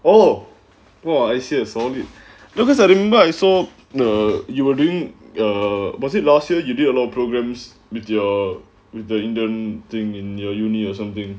oh boy I see a solid because I remember I saw the you were doing err was it last year you did a lot of programmes mature with the indian thing in your university or something